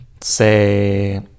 say